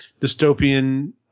dystopian